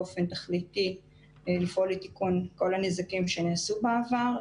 באופן תכליתי לפעול לתיקון כל הנזקים שנעשו בעבר,